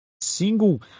single